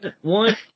One